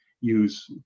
use